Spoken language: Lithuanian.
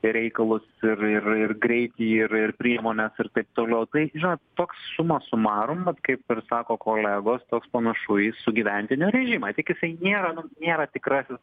reikalus ir ir ir greitį ir ir priemones ir taip toliau tai žinot toks suma sumarum vat kaip ir sako kolegos toks panašu į sugyventinio režimą tik jisai nėra nu nėra tikrasis